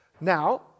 Now